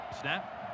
Snap